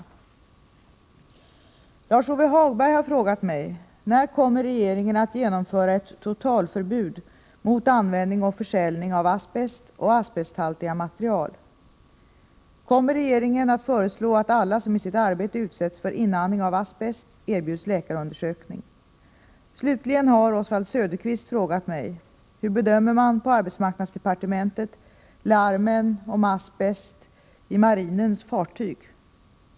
Lars-Ove Hagberg har frågat mig: — När kommer regeringen att genomföra ett totalförbud mot användning och försäljning av asbest och asbesthaltiga material? - Kommer regeringen att föreslå att alla som i sitt arbete utsätts för inandning av asbest erbjuds läkarundersökning? Slutligen har Oswald Söderqvist frågat mig: — Hur bedömer man på arbetsmarknadsdepartementet larmen om asbest i marinens fartyg?